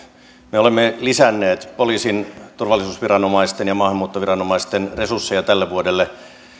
me olemme lisänneet poliisin turvallisuusviranomaisten ja maahanmuuttoviranomaisten resursseja tälle vuodelle